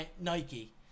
Nike